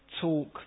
talk